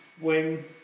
wing